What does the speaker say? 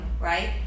right